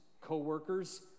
co-workers